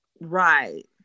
Right